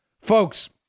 Folks